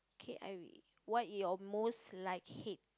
okay I read what is your most like heat